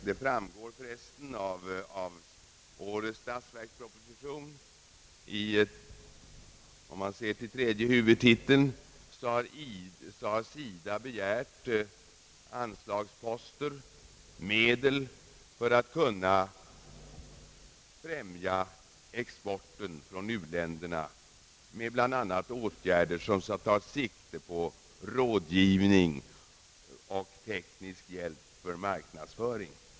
Det framgår förresten av årets statsverksproposition. Under tredje huvudtiteln har SIDA begärt medel för att kunna främja exporten från u-länderna med bl.a. åtgärder som tar sikte på rådgivning och teknisk hjälp för marknadsföring.